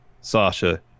Sasha